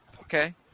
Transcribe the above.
Okay